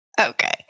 okay